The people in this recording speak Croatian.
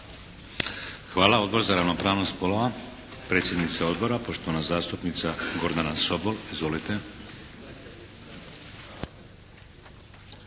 Hvala. Odbor za ravnopravnost spolova predsjednica odbora poštovana zastupnica Gordana Sobol. Izvolite.